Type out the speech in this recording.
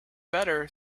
better